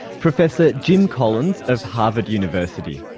professor jim collins of harvard university